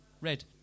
red